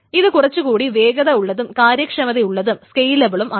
ഇത് കുറച്ചു കൂടി വേഗത ഉള്ളതും കാര്യക്ഷമതയുള്ളതും സ്കെയിലബിളും ആണ്